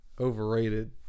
overrated